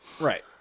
right